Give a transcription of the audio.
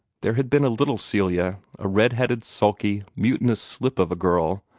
there had been a little celia a red-headed, sulky, mutinous slip of a girl,